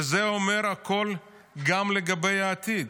וזה אומר הכול גם לגבי העתיד.